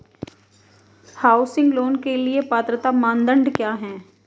Housing loan के लिए पात्रता मानदंड क्या हैं?